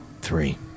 three